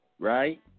Right